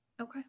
Okay